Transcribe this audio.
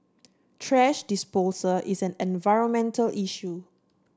thrash disposal is an environmental issue